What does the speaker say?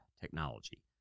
technology